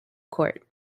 court